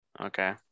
Okay